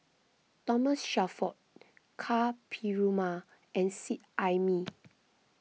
Thomas Shelford Ka Perumal and Seet Ai Mee